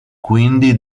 quindi